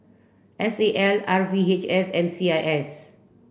S A L R V H S and C I S